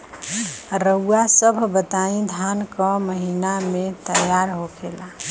रउआ सभ बताई धान क महीना में तैयार होखेला?